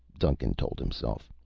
duncan told himself.